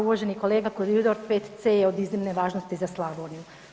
Uvaženi kolega koridor 5C je od iznimne važnosti za Slavoniju.